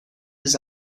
his